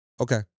Okay